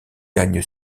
gagne